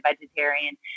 vegetarian